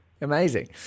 Amazing